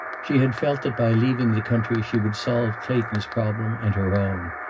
she had felt that by leaving the country she would solve clayton's problem and her own.